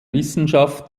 wissenschaft